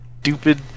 stupid